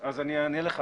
אני אענה לך.